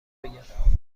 بگم